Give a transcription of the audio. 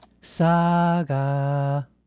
Saga